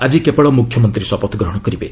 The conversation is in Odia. ଆଜି କେବଳ ମୁଖ୍ୟମନ୍ତ୍ରୀ ଶପଥ ଗ୍ରହଣ କରିବେ